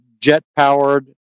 jet-powered—